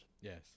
Yes